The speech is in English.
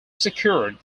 secured